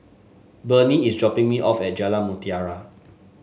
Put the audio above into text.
Bernie is dropping me off at Jalan Mutiara